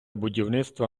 будівництва